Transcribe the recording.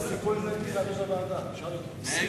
8, נגד,